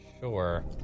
sure